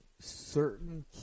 certain